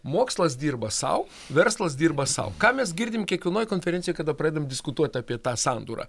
mokslas dirba sau verslas dirba sau ką mes girdim kiekvienoj konferencijoj kada pradedam diskutuot apie tą sandūrą